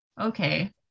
okay